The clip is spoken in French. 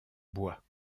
bois